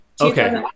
Okay